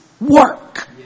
work